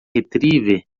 retriever